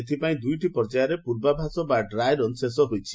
ଏଥିପାଇଁ ଦୂଇଟି ପର୍ଯ୍ୟାୟରେ ପୂର୍ବାଭ୍ୟାସ ବା ଡ୍ରାଏ ରନ୍ ଶେଷ ହୋଇଛି